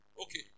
Okay